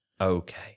Okay